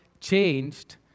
changed